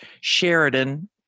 Sheridan